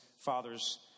father's